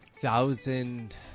Thousand